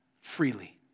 Freely